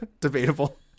Debatable